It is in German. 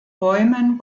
bäumen